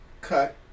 Cut